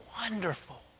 Wonderful